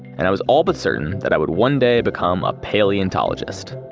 and i was all but certain that i would one day become a paleontologist.